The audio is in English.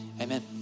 Amen